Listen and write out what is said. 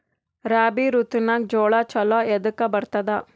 ರಾಬಿ ಋತುನಾಗ್ ಜೋಳ ಚಲೋ ಎದಕ ಬರತದ?